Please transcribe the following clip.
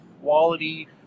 quality